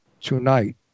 Tonight